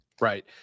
Right